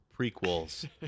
prequels